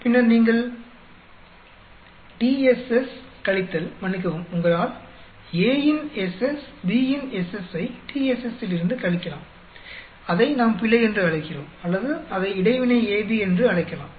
பின்னர் நீங்கள் TSS கழித்தல் மன்னிக்கவும்உங்களால் A இன் SS B இன் SS ஐ TSS லிருந்து கழிக்கலாம் அதை நாம் பிழை என்று அழைக்கிறோம் அல்லது அதை இடைவினை AB என்று அழைக்கலாம்